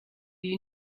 you